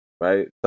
right